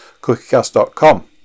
cookiecast.com